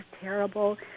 terrible